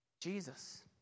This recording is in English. Jesus